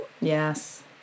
Yes